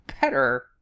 better